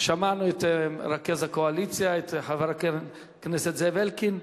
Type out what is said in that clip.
שמענו את מרכז הקואליציה, את חבר הכנסת זאב אלקין,